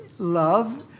love